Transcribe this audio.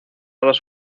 dos